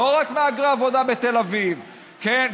לא רק מהגרי עבודה בתל אביב, כן?